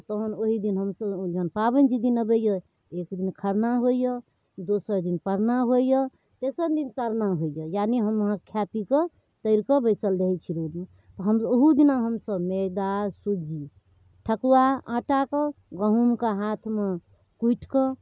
तहन ओहिदिन हमसभ जहन पाबनि जाहि दिन अबैए एकदिन खरना होइए दोसर दिन परना होइए तेसर दिन सरना होइए यानि हम अहाँ खा पीकऽ तरिकऽ बैसल रहै छी रौदमे हम ओहोदिना हमसभ मैदा सुज्जी ठकुआ आँटाके गहूमके हाथमे कुटिकऽ